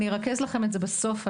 אני ארכז לכם את זה בסוף.